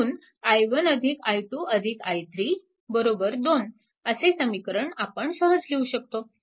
म्हणून i1 i2 i3 2 असे समीकरण आपण सहज लिहू शकतो